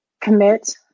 commit